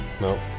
No